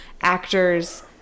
actors